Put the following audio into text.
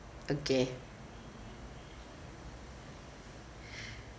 okay